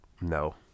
no